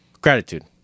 Gratitude